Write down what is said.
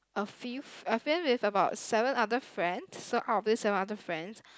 a fifth a fifth with about seven other friends so out of this seven other friends